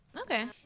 Okay